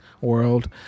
world